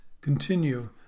continue